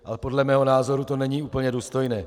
Ale podle mého názoru to není úplně důstojné.